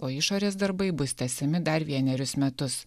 o išorės darbai bus tęsiami dar vienerius metus